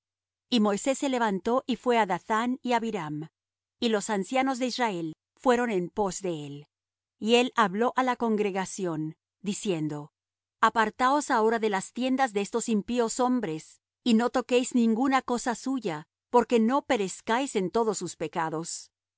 y moisés se levantó y fué á dathán y abiram y los ancianos de israel fueron en pos de él y él habló á la congregación diciendo apartaos ahora de las tiendas de estos impíos hombres y no toquéis ninguna cosa suya por que no perezcáis en todos sus pecados